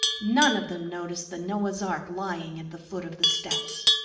none of them noticed the noah's ark lying at the foot of the steps.